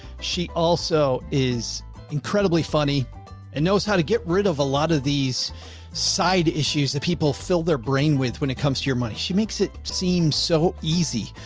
she also is incredibly funny and knows how to get rid of a lot of these side issues that people fill their brain with when it comes to your money, she makes it seem so easy,